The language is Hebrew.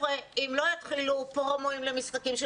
אבל אם לא יתחילו פרומואים למשחקים של